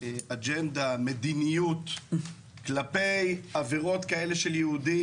אג'נדה, מדיניות, כלפי עבירות של יהודים?